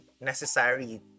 necessary